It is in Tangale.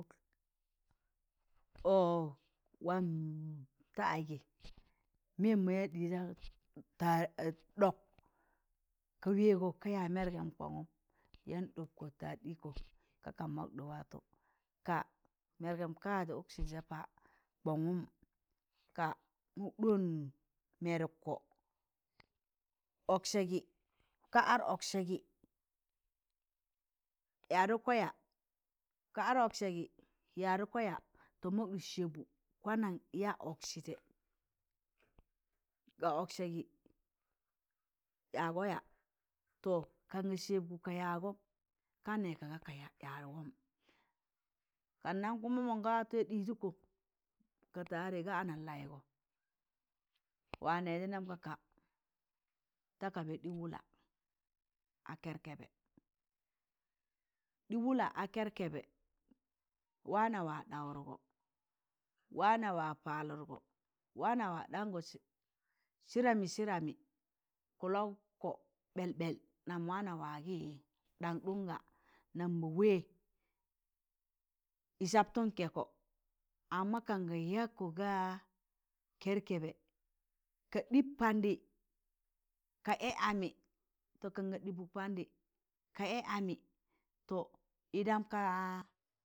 ọọ waam ta agị mịyẹm ma ya ɗịjaw ta a ɗọk ka wẹẹgọ ka ya mẹẹrgem kọn gụm yaan ɗọpkọ tad ịkọ ka kak mọk ɗị waatọ kaa nẹẹrgẹm ka yaịzị ụksẹ paa kọngụm mọk ɗoọn mẹẹrụk kọ ọksẹ gị ka ad ọksẹ gị yadụk kọ yaa ka ad ọksẹ gị yadụk kọ yaa, tọ mọk ɗị sẹẹbụ kwanan yaa ụk sẹẹjẹ ga ụksẹ jẹ gị yaagọ yaa? to kanga sẹbgọ, ka yaagọm ka nẹẹ kaaga ka yaagọm kannan kuma monga watu ɗiijuko ka tare ga ana laịgọ waa neọ naju mam ga ka ta kaba ɗị wụla a kẹrkẹbẹ, ɗị wụla a kẹrbẹbẹ waana wa ɗawụtgọ, waana wa palụlgo,̣ waana wa ɗangọ sịdamị sịdamị kụlọk kọ ɓẹɓẹl nam waana wa gi ɗamɗụn ga nam ma wẹẹ ị sabtụn kẹẹkọ amma kanga yag kọ ga kẹrkẹbẹ ka ɗịp pandị ka ẹẹ amị to kanga ɗịịbụk pandị ka ẹẹ amị to ịdam ka.